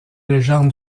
légende